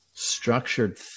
structured